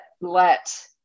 let